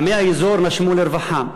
עמי האזור נשמו לרווחה.